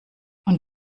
und